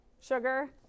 sugar